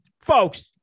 folks